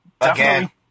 Again